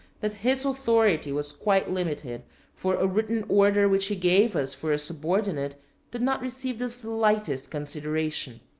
that his authority was quite limited for a written order which he gave us for a subordinate did not receive the slightest consideration.